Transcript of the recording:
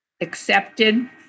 accepted